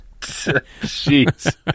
Jeez